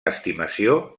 estimació